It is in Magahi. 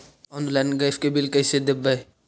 आनलाइन गैस के बिल कैसे देबै?